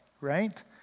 right